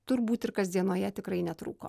turbūt ir kasdienoje tikrai netrūko